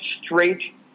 straight